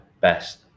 best